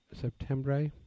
September